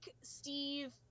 steve